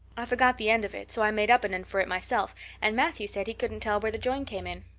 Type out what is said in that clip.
i forgot the end of it, so i made up an end for it myself and matthew said he couldn't tell where the join came in.